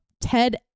ted